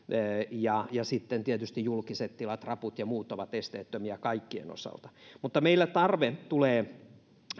ja ja sitten tietysti julkiset tilat raput ja muut ovat esteettömiä kaikkien osalta mutta meillä tarve tulee